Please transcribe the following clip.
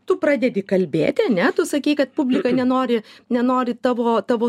tu pradedi kalbėti ane tu sakei kad publika nenori nenori tavo tavo